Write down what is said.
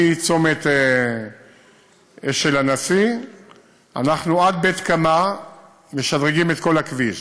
מצומת אשל-הנשיא עד בית-קמה משדרגים את כל הכביש.